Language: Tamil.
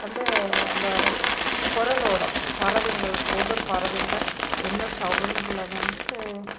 வந்து அந்த குரலோட பறவைங்களுக்கு ஒவ்வொரு பறவைங்கள் என்ன சௌண்டில் வந்து